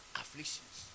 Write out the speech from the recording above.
afflictions